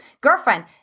Girlfriend